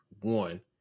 one